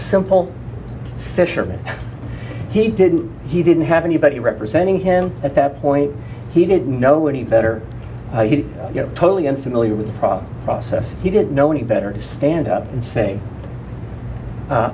simple fisherman he didn't he didn't have anybody representing him at that point he didn't know any better he totally unfamiliar with the proper process he didn't know any better to stand up and say